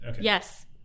yes